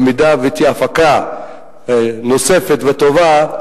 במידה שתהיה הפקה נוספת וטובה,